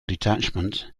detachment